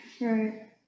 Right